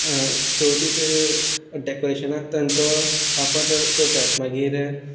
चवथीचे डेकोरेशनाक तांचो वापर करतात मागीर